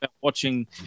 watching